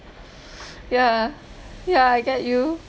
yeah yeah I get you